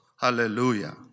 Hallelujah